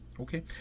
Okay